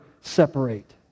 separate